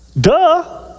Duh